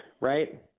right